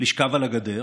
לשכב על הגדר,